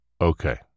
Okay